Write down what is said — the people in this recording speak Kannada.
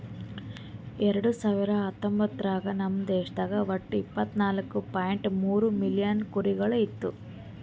ಎರಡು ಸಾವಿರ ಹತ್ತೊಂಬತ್ತರಾಗ ನಮ್ ದೇಶದಾಗ್ ಒಟ್ಟ ಇಪ್ಪತ್ನಾಲು ಪಾಯಿಂಟ್ ಮೂರ್ ಮಿಲಿಯನ್ ಕುರಿಗೊಳ್ ಇದ್ದು